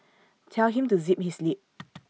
tell him to zip his lip